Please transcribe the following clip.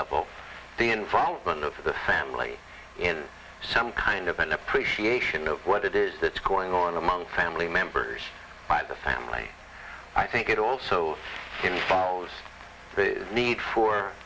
level the involvement of the family in some kind of an appreciation of what it is that's going on among family members by the family i think it also shows the need for